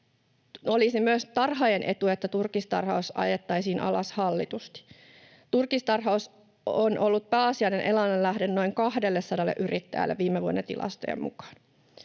Olisi myös tarhaajien etu, että turkistarhaus ajettaisiin alas hallitusti. Turkistarhaus on ollut pääasiallinen elannon lähde noin 200 yrittäjälle viime vuoden tilastojen mukaan.